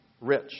rich